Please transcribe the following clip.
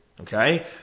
Okay